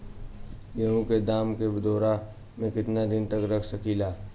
गेहूं के दाना के बोरा में केतना दिन तक रख सकिले?